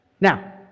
Now